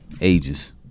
ages